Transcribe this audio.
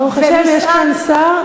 ברוך השם, יש כאן שר.